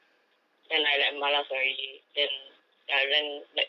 then I like malas already then ya then like